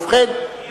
ובכן,